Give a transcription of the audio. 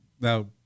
now